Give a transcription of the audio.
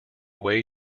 way